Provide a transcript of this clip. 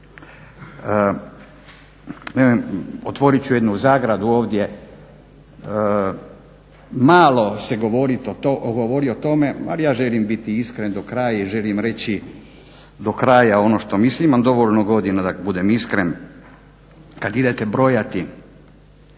Otvorit ću jednu zagradu ovdje, malo se govori o tome, ali ja želim biti iskren do kraja i želim reći do kraja ono što mislim. Imam dovoljno godina da budem iskren. Kad idete brojati